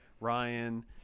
Ryan